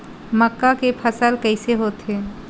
मक्का के फसल कइसे होथे?